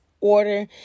order